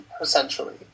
essentially